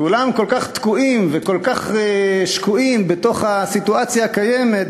כולם כל כך תקועים וכל כך שקועים בתוך הסיטואציה הקיימת,